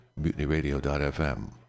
MutinyRadio.fm